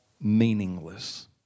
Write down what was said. meaningless